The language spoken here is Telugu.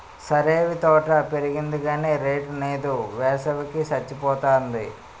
సరేవీ తోట పెరిగింది గాని రేటు నేదు, వేసవి కి సచ్చిపోతాంది